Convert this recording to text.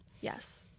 yes